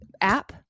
app